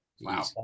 Wow